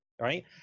Right